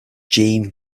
jeanne